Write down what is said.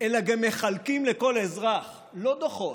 אלא גם מחלקים לכל אזרח, לא דוחות,